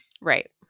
Right